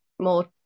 more